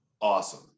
awesome